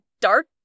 dark